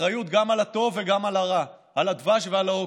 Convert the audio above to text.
אחריות גם על הטוב וגם על הרע, על הדבש ועל העוקץ.